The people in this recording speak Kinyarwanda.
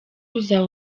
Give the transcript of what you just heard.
uzaba